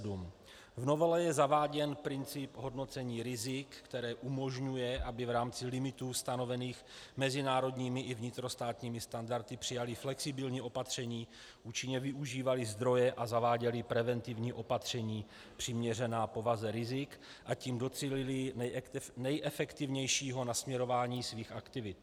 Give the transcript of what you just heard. V novele je zaváděn princip hodnocení rizik, které umožňuje, aby v rámci limitů stanovených mezinárodními i vnitrostátními standardy přijaly flexibilní opatření, účinně využívaly zdroje a zaváděly preventivní opatření přiměřená povaze rizik, a tím docílily nejefektivnějšího nasměrování svých aktivit.